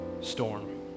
storm